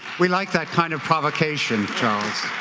we like that kind of provocation, charles.